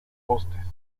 postes